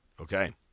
okay